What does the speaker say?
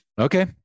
Okay